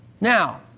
Now